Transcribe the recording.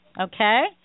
Okay